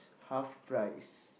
half price